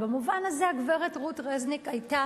במובן הזה, הגברת רות רזניק היתה